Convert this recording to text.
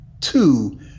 Two